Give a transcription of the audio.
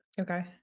Okay